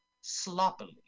sloppily